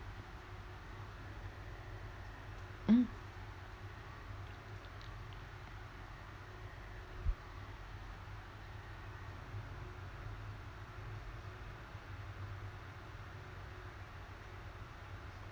mm